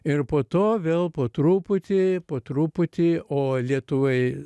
ir po to vėl po truputį po truputį o lietuvai